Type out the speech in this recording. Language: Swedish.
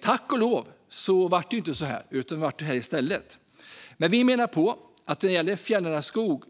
Tack och lov blev det inte så, utan det blev i stället detta. Vi menar att när det gäller fjällnära skog